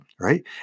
Right